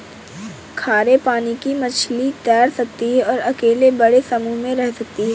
खारे पानी की मछली तैर सकती है और अकेले बड़े समूह में रह सकती है